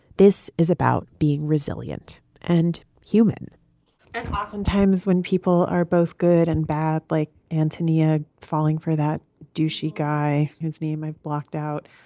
this is about being resilient and human oftentimes when people are both good and bad, like antonia falling for that douchey guy whose name i blocked out,